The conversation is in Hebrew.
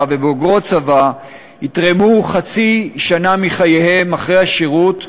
ובוגרות צבא יתרמו חצי שנה מחייהם אחרי השירות לחינוך,